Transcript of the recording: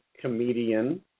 comedian